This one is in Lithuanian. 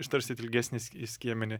ištarsit ilgesnį skie skiemenį